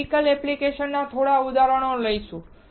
આપણે મેડિકલ એપ્લિકેશનના થોડા ઉદાહરણો લઈશું